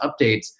updates